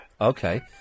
Okay